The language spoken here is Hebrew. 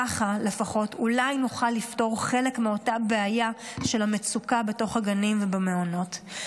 ככה לפחות אולי נוכל לפתור חלק מאותה בעיה של המצוקה בגנים ובמעונות.